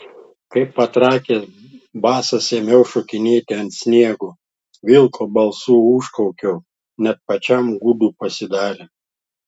kaip patrakęs basas ėmiau šokinėti ant sniego vilko balsu užkaukiau net pačiam gūdu pasidarė